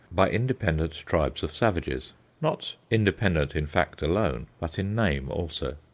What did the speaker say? by independent tribes of savages not independent in fact alone, but in name also.